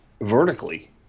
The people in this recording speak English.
vertically